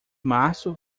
março